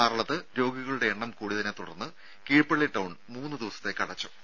ആറളത്ത് രോഗികളുടെ എണ്ണം കൂടിയതിനെ തുടർന്ന് കീഴ്പള്ളി ടൌൺ മൂന്നു ദിവസത്തേക്ക് അടച്ചിട്ടു